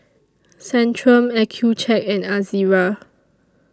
Centrum Accucheck and Ezerra